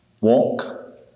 walk